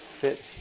fit